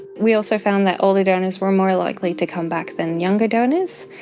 we also found that older donors were more likely to come back than younger donors,